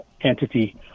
entity